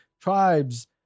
tribes